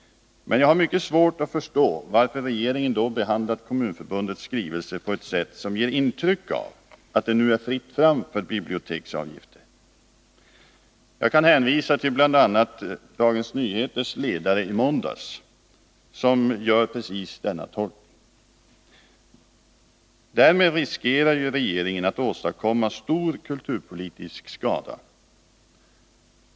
Men jag har mycket svårt att förstå varför regeringen då behandlat Svenska kommunförbundets skrivelse på ett sätt som ger intryck av att det nu är fritt fram för biblioteksavgifter. Jag kan hänvisa till bl.a. Dagens Nyheters ledare i måndags, som gör precis denna tolkning. Därmed riskerar ju regeringen att åstadkomma stor kulturpolitisk skada.